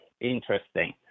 interesting